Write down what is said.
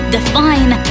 Define